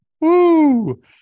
Woo